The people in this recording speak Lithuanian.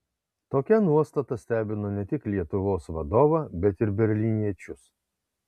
tokia nuostata stebino ne tik lietuvos vadovą bet ir berlyniečius